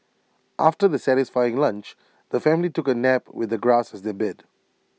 after the satisfying lunch the family took A nap with the grass as their bed